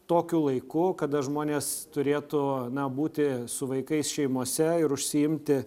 tokiu laiku kada žmonės turėtų būti su vaikais šeimose ir užsiimti